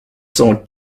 saw